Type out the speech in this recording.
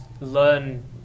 learn